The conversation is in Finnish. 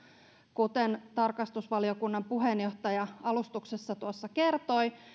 kuten tarkastusvaliokunnan puheenjohtaja tuossa alustuksessa kertoi